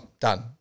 done